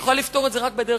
היא יכולה לפתור את זה רק בדרך